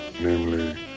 namely